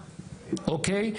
אוקיי?